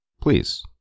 Please